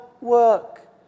work